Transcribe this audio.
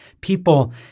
People